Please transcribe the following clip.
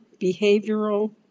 behavioral